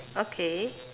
okay